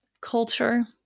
culture